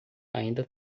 ainda